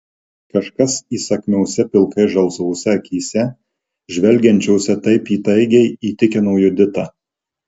kažkas įsakmiose pilkai žalsvose akyse žvelgiančiose taip įtaigiai įtikino juditą